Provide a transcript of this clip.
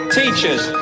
teachers